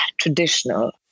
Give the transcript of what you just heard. traditional